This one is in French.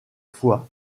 fois